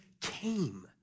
came